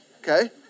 okay